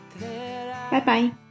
Bye-bye